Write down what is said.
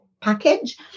package